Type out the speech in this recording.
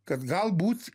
kad galbūt